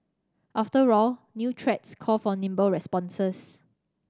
after all new threats call for nimble responses